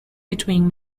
between